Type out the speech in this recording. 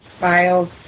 files